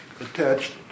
attached